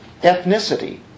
Ethnicity